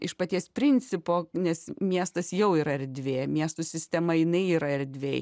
iš paties principo nes miestas jau yra erdvė miestų sistema jinai yra erdvėj